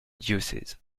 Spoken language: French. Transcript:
diocèse